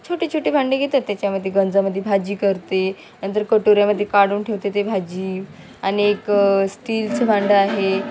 छोटे छोटे भांडे घेतात त्याच्यामध्ये गंजामध्ये भाजी करते नंतर कटोऱ्यामध्ये काढून ठेवते ते भाजी आणि एक स्टीलचं भांडं आहे